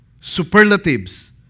superlatives